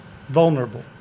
vulnerable